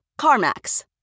CarMax